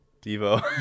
Devo